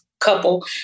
couple